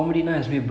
okay